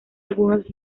algunos